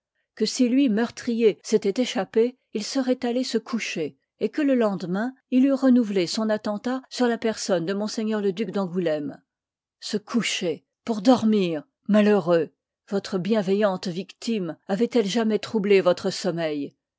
que si lui meurtrier s'étoit e'chappé il scroit allé se coucher et que le lendemain il eût renouvelé son attentat sur la personne de m le duc d'angouléme se coucher pour dormir malheureux votre bienveillante ïctime avoit elle jamais troublé votre sommeil